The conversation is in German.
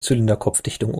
zylinderkopfdichtung